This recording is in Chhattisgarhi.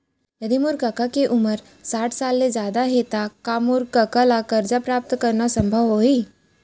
यदि मोर कका के उमर साठ साल ले जादा हे त का मोर कका ला कर्जा प्राप्त करना संभव होही